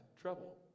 trouble